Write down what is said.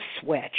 switch